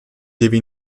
deve